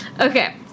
Okay